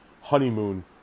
honeymoon